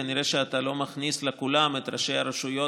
כנראה אתה לא מכניס ל"כולם" את ראשי הרשויות,